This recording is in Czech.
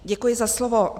Děkuji za slovo.